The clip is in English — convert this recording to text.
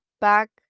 back